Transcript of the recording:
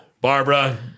Barbara